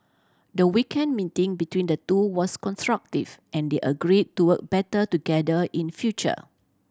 the weekend meeting between the two was constructive and they agree to work better together in future